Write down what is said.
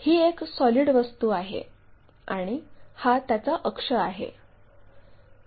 ही एक सॉलिड वस्तू आहे आणि हा त्याचा अक्ष आहे